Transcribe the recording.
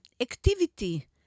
activity